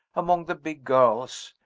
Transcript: among the big girls.